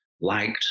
liked